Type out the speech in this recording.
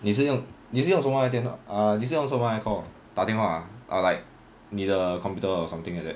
你是用你是用什么来电话 ah 你是用什么来 call 打电话 ah or like 你的 computer or something like that